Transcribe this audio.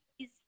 please